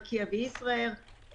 ארקיע וישראייר,